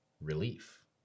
relief